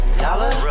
dollar